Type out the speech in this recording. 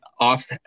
off